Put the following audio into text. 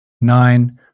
Nine